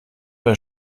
bei